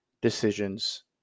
decisions